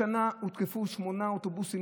השנה הותקפו שמונה אוטובוסים,